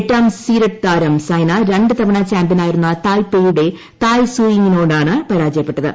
എട്ടാം സീഡ് താരം സൈന ര ് തവണ ചാമ്പ്യനായിരുന്ന തായ്പെയ് യുടെ തായ്സൂയിങ്ങിനോടാണ് പരാജയപ്പെട്ടത്